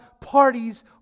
parties